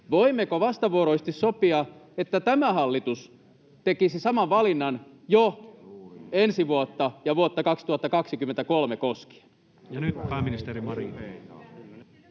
Voimmeko vastavuoroisesti sopia, että tämä hallitus tekisi saman valinnan jo ensi vuotta ja vuotta 2023 koskien? [Speech 94] Speaker: Toinen